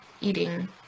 eating